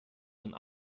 von